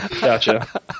Gotcha